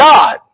God